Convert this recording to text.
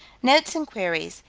notes and queries,